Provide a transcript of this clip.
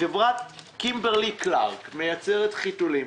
חברת קימברלי קלארק, שמייצרת בין היתר חיתולים,